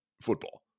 football